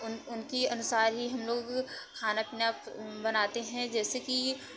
उन उनकी अनुसार ही हम लोग खाना पीना बनाते है जैसे कि